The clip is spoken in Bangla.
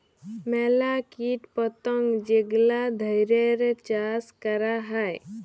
ম্যালা কীট পতঙ্গ যেগলা ধ্যইরে চাষ ক্যরা হ্যয়